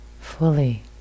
fully